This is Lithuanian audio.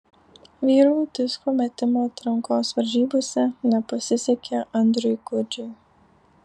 vyrų disko metimo atrankos varžybose nepasisekė andriui gudžiui